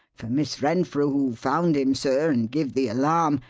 for miss renfrew, who found him, sir, and give the alarm,